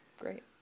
great